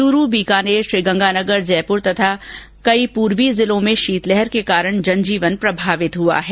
चूरू बीकानेर श्रीगंगानगर जयपुर तथा कई अन्य पूर्वी जिलों में शीतलहर के कारण जनजीवन प्रभावित हुआ है